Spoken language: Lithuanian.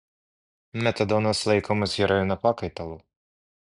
metadonas laikomas heroino pakaitalu